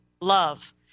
Love